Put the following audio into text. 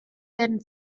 den